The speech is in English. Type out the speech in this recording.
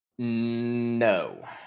no